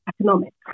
economics